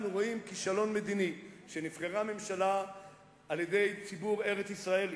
אנחנו רואים כישלון מדיני בכך שנבחרה ממשלה על-ידי ציבור ארץ-ישראלי,